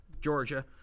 Georgia